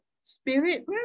spirit